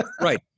Right